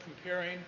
comparing